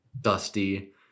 dusty